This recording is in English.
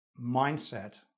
mindset